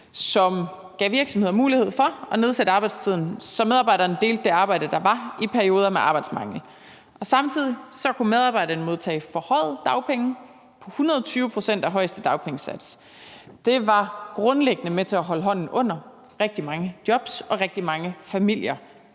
som gav virksomheder mulighed for at nedsætte arbejdstiden, sådan at medarbejderne delte det arbejde, der var, i perioder med arbejdsmangel, og samtidig kunne medarbejderne modtage forhøjede dagpenge på 120 pct. af den højeste dagpengesats. Det var grundlæggende med til at holde hånden under rigtig mange jobs og rigtig mange familier